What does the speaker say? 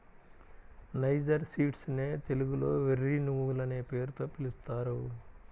niger seeds నే తెలుగులో వెర్రి నువ్వులనే పేరుతో పిలుస్తారు